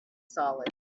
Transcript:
solid